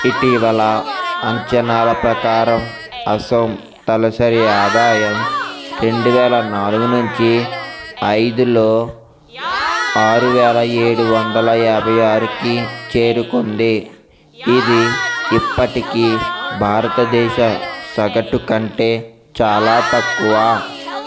ఇటీవల అంచనాల ప్రకారం అసోమ్ తలసరి ఆదాయం రెండు వేల నాలుగు నుంచి ఐదులో ఆరు వేల ఏడు వందల యాభై ఆరుకి చేరుకుంది ఇది ఇప్పటికీ భారతదేశ సగటు కంటే చాలా తక్కువ